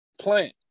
plant